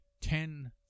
ten